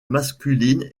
masculine